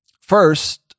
First